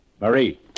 Marie